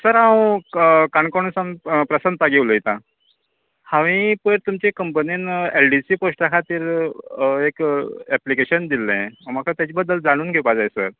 sir हांव काणकोणसान प्रशांत पागी उलयतां हांवें पयर तुमच्या कंपनीन एल डी सी पोस्टा खातीर एक एप्पलीकेशन दिल्ले म्हाका तेज बदल जाणून घेवपा जाय सर